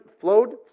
flowed